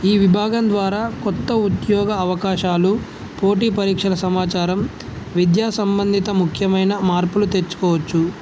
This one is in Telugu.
ఈ విభాగం ద్వారా కొత్త ఉద్యోగ అవకాశాలు పోటీ పరీక్షల సమాచారం విద్యా సంబంధిత ముఖ్యమైన మార్పులు తెచ్చుకోవచ్చు